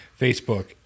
Facebook